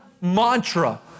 mantra